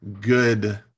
good